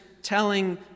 telling